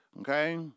Okay